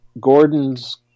Gordon's